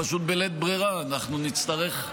פשוט בלית ברירה אנחנו נצטרך,